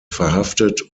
verhaftet